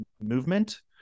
movement